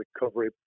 recovery